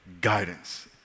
Guidance